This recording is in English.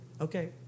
okay